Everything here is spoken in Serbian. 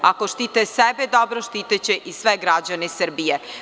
Ako štite sebe dobro, štitiće i sve građane Srbije.